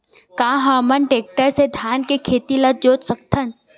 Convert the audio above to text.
का हमन टेक्टर से धान के खेत ल जोत सकथन?